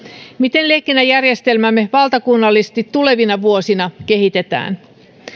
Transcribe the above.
miten liikennejärjestelmäämme valtakunnallisesti tulevina vuosina kehitetään